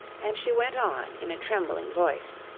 and she went on in a trembling voice